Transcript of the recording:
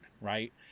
right